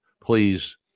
please